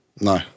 No